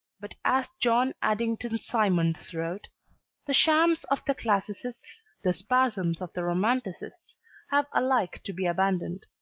but as john addington symonds wrote the shams of the classicists, the spasms of the romanticists have alike to be abandoned.